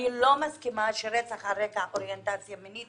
אני לא מסכימה שרצח על רקע אוריינטציה מינית